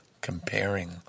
comparing